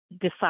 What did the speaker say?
decide